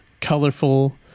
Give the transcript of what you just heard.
colorful